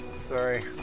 sorry